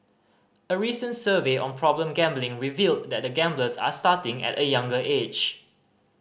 a recent survey on problem gambling revealed that gamblers are starting at a younger age